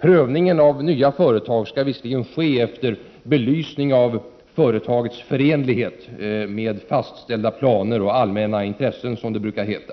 Prövningen av nya företag skall visserligen ske efter en belysning av företagets förenlighet med fastställda planer och allmänna intressen, som det brukar heta,